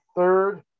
third